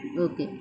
okay